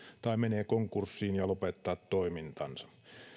tai menee konkurssiin ja lopettaa toimintansa